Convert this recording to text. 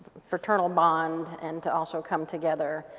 fraternal bond and to also come together.